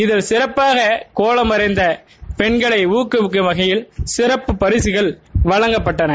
இதில் சிறப்பாக கோலம் வரைந்த பெண்களை ஊக்குவிக்கும் வகையில் சிறப்பு பரிககள் வழங்கப்பட்டன